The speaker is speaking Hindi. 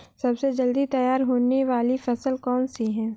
सबसे जल्दी तैयार होने वाली फसल कौन सी है?